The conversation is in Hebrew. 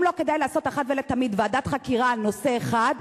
האם לא כדאי לעשות אחת ולתמיד ועדת חקירה על נושא אחד,